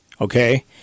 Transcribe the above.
Okay